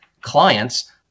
clients